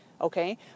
Okay